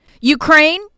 Ukraine